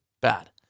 bad